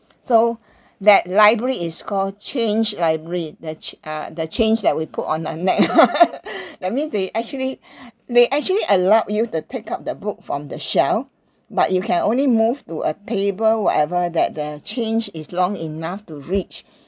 so that library is called chained library the cha~ uh the chains that we put on a neck that means they actually they actually allow you to take out the book from the shelf but you can only move to a table wherever that the chains is long enough to reach